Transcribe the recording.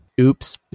oops